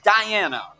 Diana